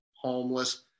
Homeless